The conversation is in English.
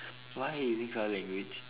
why are you using colour language